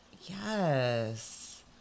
yes